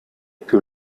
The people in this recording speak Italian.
più